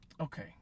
Okay